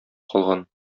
калган